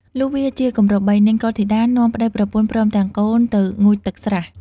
លុះវារជាគម្រប់បី នាងកុលធីតានាំប្តីប្រពន្ធព្រមទាំងកូនទៅងូតទឹកស្រះ ។